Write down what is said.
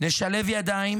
נשלב ידיים,